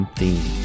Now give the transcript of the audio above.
theme